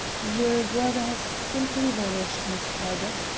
your brother has simply vanished, miss talbot.